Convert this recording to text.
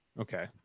Okay